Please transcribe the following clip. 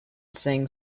sang